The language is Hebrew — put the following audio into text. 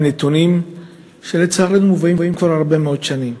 נתונים שלצערנו מובאים כבר הרבה מאוד שנים.